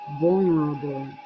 vulnerable